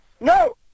No